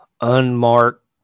unmarked